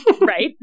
Right